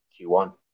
Q1